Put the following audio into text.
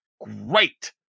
great